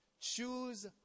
Choose